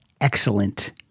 excellent